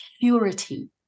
purity